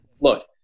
look